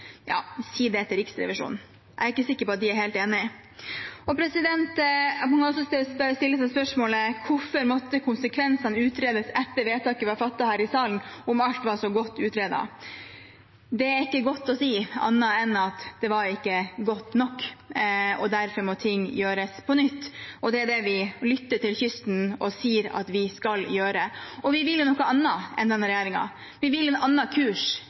Si det til Riksrevisjonen – jeg er ikke sikker på at de er helt enig. Man kan også stille seg spørsmålet: Hvorfor måtte konsekvensene utredes etter vedtaket vi har fattet her i salen, om alt var så godt utredet? Det er ikke godt å si, annet enn at det var ikke godt nok, og derfor må det gjøres på nytt. Det er der vi lytter til kysten, og sier at det skal vi gjøre. Og vi vil noe annet enn denne regjeringen. Vi vil ha en annen kurs.